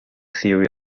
theory